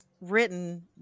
written